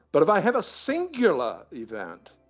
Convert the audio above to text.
but if i have a singular event,